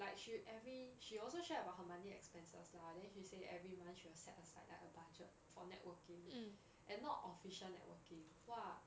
like she every she also shared about her monthly expenses lah then she say every month she'll set aside like a budget for networking and not official networking !wah!